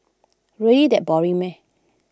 really that boring meh